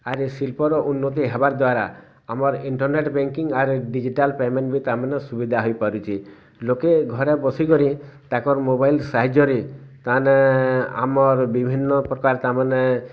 ଆର ଏ ଶିଳ୍ପର ଉନ୍ନତି ହେବା ଦ୍ୱାରା ଆମର ଇଣ୍ଟରନେଟ୍ ବ୍ୟାଙ୍କିଙ୍ଗ ଆର ଡିଜିଟାଲ୍ ପେମେଣ୍ଟ ବି ତା'ମାନେ ସୁବିଧା ହେଇପାରୁଛି ଲୋକେ ଘରେ ବସି କରି ତାଙ୍କର ମୋବାଇଲ ସାହାଯ୍ୟରେ ତା'ହେଲେ ଆମର ବିଭିନ୍ନପ୍ରକାର ତା'ମାନେ